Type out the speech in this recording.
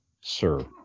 sir